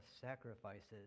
sacrifices